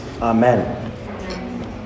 Amen